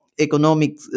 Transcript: economic